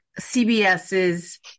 CBS's